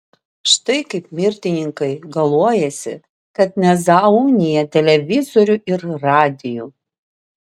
štai kaip mirtininkai galuojasi kai nezaunija televizorių ir radijų